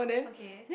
okay